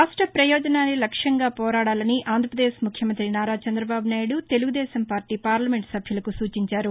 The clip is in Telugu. రాష్ట పయోజనాలే లక్ష్యంగా పోరాదాలని ఆంధ్రపదేశ్ ముఖ్యమంతి నారా చందబాబు నాయుడు తెలుగుదేశం పార్టీ పార్లమెంట్ సభ్యులకు సూచించారు